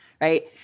right